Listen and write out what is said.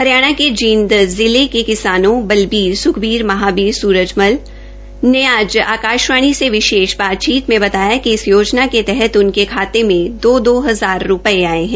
हरियाणा के जींद जिले के किसानों बलबीर सुखबीर महावीर सुरजमल और जोरा सिंह ने आज आकाशवाणी से विशेष बातचीत में बताया कि इस योजना के तहत उनर्के खाते में दो दो हजार रूपए आए हैं